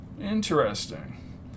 Interesting